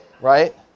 Right